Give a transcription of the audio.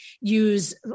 use